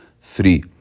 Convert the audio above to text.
Three